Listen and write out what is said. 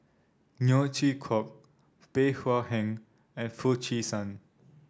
Neo Chwee Kok Bey Hua Heng and Foo Chee San